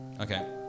Okay